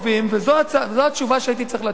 וזו התשובה שהייתי צריך לתת לו,